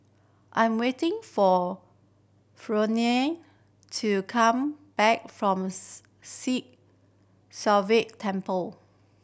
I'm waiting for Fronnie to come back from Sri Sivan Temple